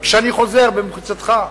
וכשאני חוזר במחיצתך,